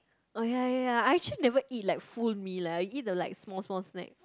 oh ya ya ya actually never eat like full meal lah eat the like small small snacks